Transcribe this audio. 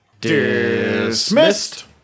Dismissed